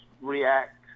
react